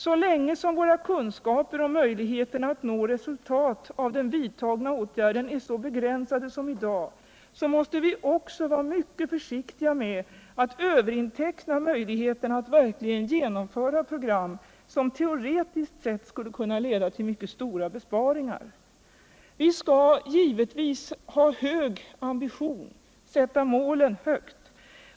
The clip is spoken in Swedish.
Så länge som våra kunskaper om möjligheterna att nå resultat av den vidtagna ätlgärden är så begränsade som de i dag är, måste vi också vara mycket försiktiga med att överinteckna möjligheterna att verkligen genomföra program som teoretiskt sett skulle kunna leda till mycket stora besparingar. Vi skall givetvis sätta målen, ambitionerna, högt.